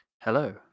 Hello